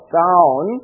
down